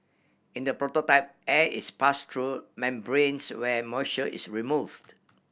in the prototype air is pass through membranes where moisture is removed